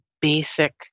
basic